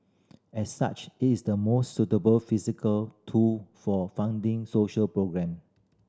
as such it is the most suitable fiscal tool for funding social programme